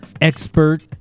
expert